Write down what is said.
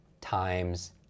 times